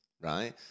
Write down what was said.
right